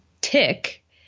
tick